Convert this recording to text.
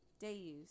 day-use